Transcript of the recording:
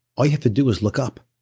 ah have to do is look up,